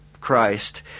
Christ